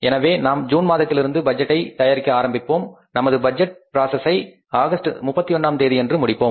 எனவே நாம் ஜூன் மாதத்திலிருந்து பட்ஜெட்டை தயாரிப்பு ஆரம்பிப்போம் நமது பட்ஜெட் ப்ராசஸ்ஐ ஆகஸ்ட் 31 ம் தேதியன்று முடிப்போம்